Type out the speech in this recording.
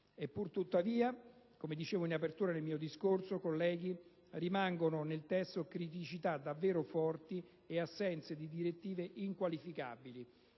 E pur tuttavia, come dicevo in apertura del mio discorso, colleghi, rimangono nel testo criticità davvero forti e inqualificabili